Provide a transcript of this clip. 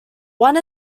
one